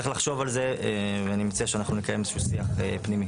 צריך לחשוב על זה ואני מציע שנקיים איזשהו שיח פנימי.